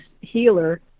healer